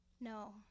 No